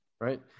right